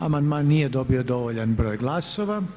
Amandman nije dobio dovoljan broj glasova.